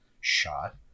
shot